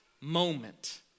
moment